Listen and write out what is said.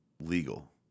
legal